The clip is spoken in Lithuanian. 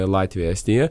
latvija estija